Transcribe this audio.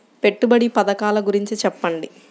పెట్టుబడి పథకాల గురించి చెప్పండి?